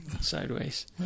sideways